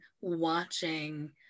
watching